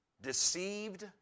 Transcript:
deceived